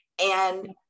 And-